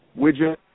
widget